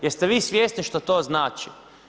Jeste vi svjesni što to znači?